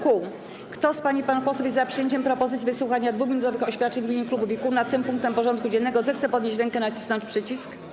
Kto z pań i panów posłów jest za przyjęciem propozycji wysłuchania 2-minutowych oświadczeń w imieniu klubów i kół nad tym punktem porządku dziennego, zechce podnieść rękę i nacisnąć przycisk.